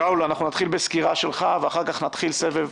שאול, אנחנו נתחיל בסקירה שלך ואחר כך נתחיל סבב.